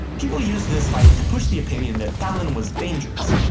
people used this fight to push the opinion that fallon was dangerous,